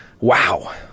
wow